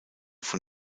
von